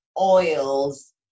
oils